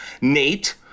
Nate